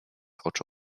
oczu